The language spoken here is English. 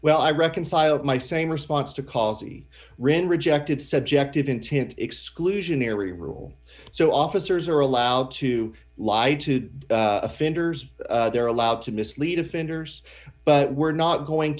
well i reconcile my same response to causey written rejected subjective intent exclusionary rule so officers are allowed to lie to offenders they're allowed to mislead offenders but we're not going